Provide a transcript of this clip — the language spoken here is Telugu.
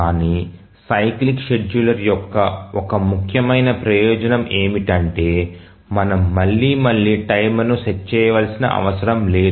కానీ సైక్లిక్ షెడ్యూలర్ యొక్క ఒక ముఖ్యమైన ప్రయోజనం ఏమిటంటే మనం మళ్లీ మళ్లీ టైమర్ను సెట్ చేయవలసిన అవసరం లేదు